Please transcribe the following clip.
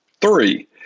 Three